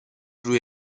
روی